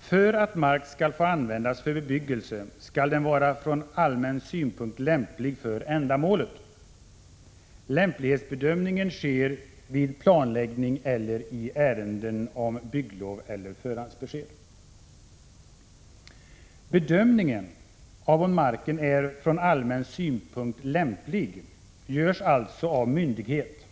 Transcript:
”För att mark skall få användas för bebyggelse skall den vara från allmän synpunkt lämplig för ändamålet. Lämplighetsbedömningen sker vid planläggning eller i ärenden om byggnadslov eller förhandsbesked.” Bedömningen av om marken är från allmän synpunkt lämplig görs alltså av myndighet.